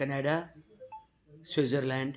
Canada Switzerland